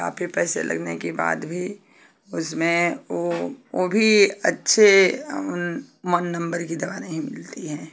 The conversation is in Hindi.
काफ़ी पैसे लगने के बाद भी उसमें वो भी अच्छे मन नम्बर की दवा नहीं मिलती हैं